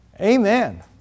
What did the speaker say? Amen